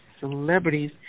celebrities